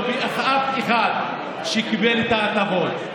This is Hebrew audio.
לא באף אחד שקיבל את ההטבות,